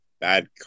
bad